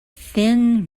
thin